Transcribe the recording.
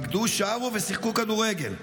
רקדו, שרו ושיחקו כדורגל.